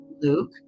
Luke